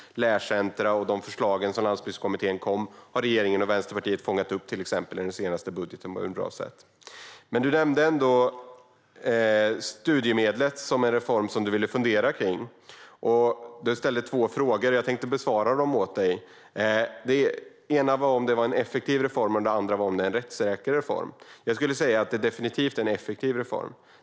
Lärcentrum och de förslag som Landsbygdskommittén kom med har regeringen och Vänsterpartiet fångat upp, till exempel i den senaste budgeten, på ett bra sätt. Du nämnde studiemedlet som en reform du ville fundera kring, statsrådet, och du ställde två frågor. Jag tänkte besvara dem åt dig. Den ena frågan var om det är en effektiv reform, och den andra var om det är en rättssäker reform. Jag skulle säga att det definitivt är en effektiv reform.